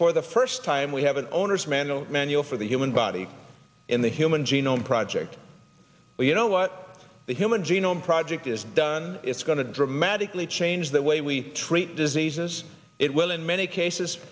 for the first time we have an owner's manual manual for the human body in the human genome project you know what the human genome project has done it's going to dramatically change the way we treat diseases it will in many cases